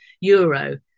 euro